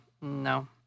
No